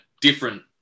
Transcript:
different